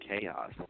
chaos